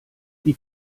die